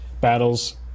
battles